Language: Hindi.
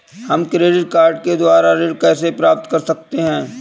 हम क्रेडिट कार्ड के द्वारा ऋण कैसे प्राप्त कर सकते हैं?